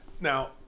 Now